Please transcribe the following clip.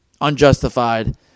Unjustified